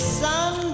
sun